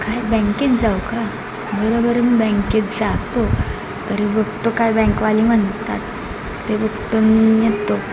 काय बँकेत जाऊ का बरं बरं मी बँकेत जातो तरी बघतो काय बँकवाली म्हणतात ते बघतो आणि येतो